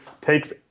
takes